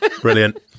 Brilliant